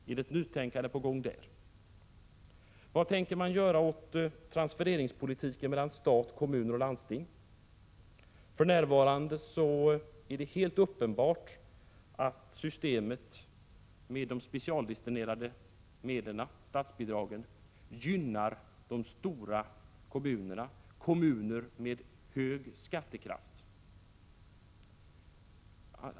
Är det ett nytänkande på gång där? Vad tänker man göra åt transfereringarna mellan stat, kommun och landsting? För närvarande är det uppenbart att systemet med de specialdestinerade statsbidragen gynnar de stora kommunerna, kommuner med hög skattekraft.